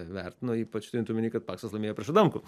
vertino ypač turint omeny kad paksas laimėjo prieš adamkų